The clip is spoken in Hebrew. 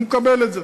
הוא מקבל את זה